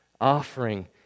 offering